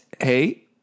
Hey